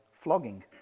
flogging